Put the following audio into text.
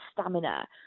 stamina